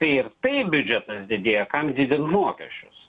tai ir tai biudžetas didėja kam didin mokesčius